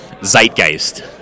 Zeitgeist